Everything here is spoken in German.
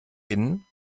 innen